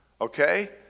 Okay